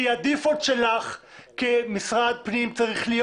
כי הדיפולט שלך כמשרד פנים צריך להיות